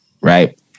right